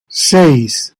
seis